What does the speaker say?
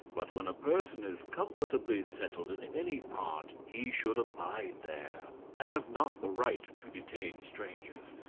but when a person is comfortably settled in any part he should abide there. i have not the right to detain strangers.